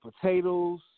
potatoes